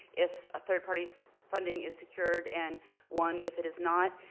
if a third-party so funding is secured, and one if it is not,